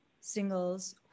singles